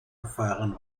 erfahren